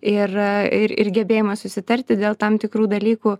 ir ir ir gebėjimą susitarti dėl tam tikrų dalykų